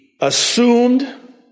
assumed